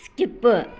skip